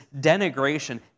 denigration